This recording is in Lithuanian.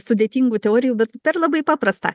sudėtingų teorijų bet per labai paprastą